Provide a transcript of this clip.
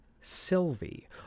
Sylvie